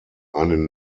einen